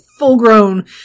full-grown